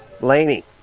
Laney